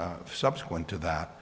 of subsequent to that